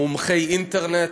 מומחי אינטרנט,